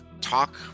talk